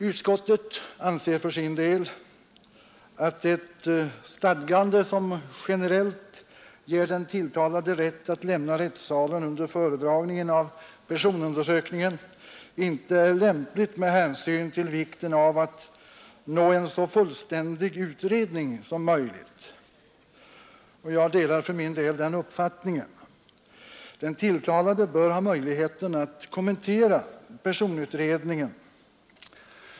Utskottet anser för sin del att ett stadgande som generellt ger den tilltalade rätt att lämna rättssalen under föredragningen av personunder 117 sökningen inte är lämpligt med hänsyn till vikten av att nå en så fullständig utredning som möjligt. Jag delar den uppfattningen. Den tilltalade bör ha möjlighet att kommentera personutredningen.